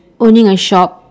owning a shop